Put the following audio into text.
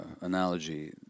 analogy